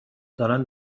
دارن